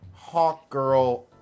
Hawkgirl